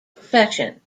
profession